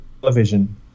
television